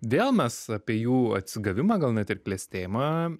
vėl mes apie jų atsigavimą gal net ir klestėjimą